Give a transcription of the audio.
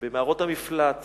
במערות המפלט,